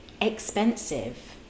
expensive